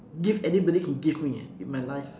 gift anybody can give me eh in my life